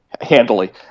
handily